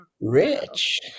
rich